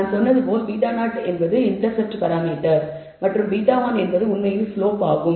நான் சொன்னது போல் β0 என்பது இன்டர்செப்ட் பராமீட்டர் மற்றும் β1 என்பது உண்மையில் ஸ்லோப் ஆகும்